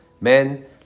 Men